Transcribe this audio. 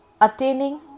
Attaining